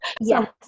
Yes